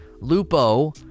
Lupo